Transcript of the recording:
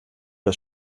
das